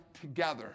together